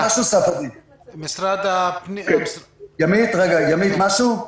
למשרד הפנים יש מה להוסיף?